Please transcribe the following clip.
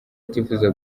atifuza